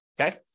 okay